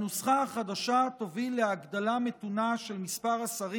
הנוסחה החדשה תוביל להגדלה מתונה של מספר השרים